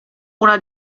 una